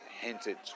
hinted